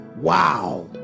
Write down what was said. Wow